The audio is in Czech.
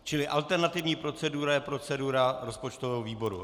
Čili alternativní procedura je procedura rozpočtového výboru.